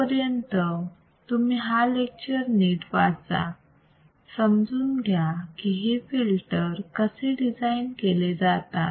तोपर्यंत तुम्ही हा लेक्चर नीट वाचा समजून घ्या की हे फिल्टर कसे डिझाईन केले जातात